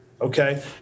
Okay